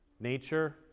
nature